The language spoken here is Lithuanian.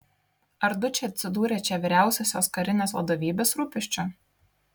ar dučė atsidūrė čia vyriausiosios karinės vadovybės rūpesčiu